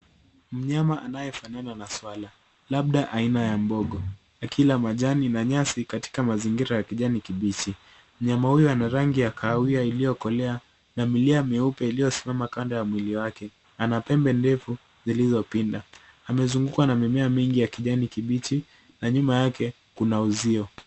Mnyama anayefanana na swala labda aina ya mbogo akila majani na nyasi katika mazingira ya kijani kibichi. Mnyama huyo ana rangi ya kahawia iliyokolea na milia meupe iliyosimama kando ya mwili wake. Ana pembe ndefu zilizopinda. Amezungukwa na mimea mingi ya kijani kibichi na nyuma yake kuna uzio.